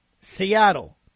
Seattle